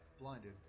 blinded